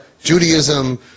Judaism